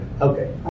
Okay